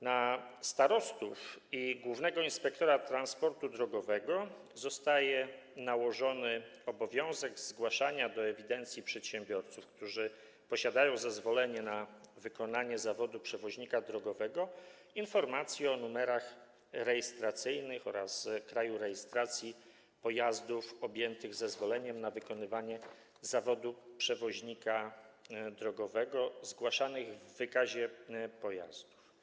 Na starostów i głównego inspektora transportu drogowego zostaje nałożony obowiązek zgłaszania do ewidencji przedsiębiorców, którzy posiadają zezwolenie na wykonywanie zawodu przewoźnika drogowego, informacji o numerach rejestracyjnych oraz kraju rejestracji pojazdów objętych zezwoleniem na wykonywanie zawodu przewoźnika drogowego zgłaszanej w wykazie pojazdów.